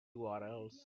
urls